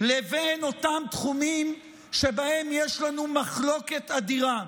לבין אותם תחומים שבהם יש לנו מחלוקת אדירה.